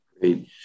Great